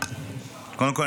קודם כול,